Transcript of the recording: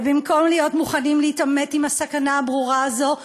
ובמקום להיות מוכנים להתעמת עם הסכנה הברורה הזאת,